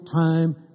time